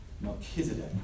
Melchizedek